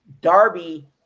Darby